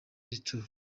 retour